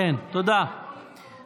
חמד, לא לגנוב הצבעות.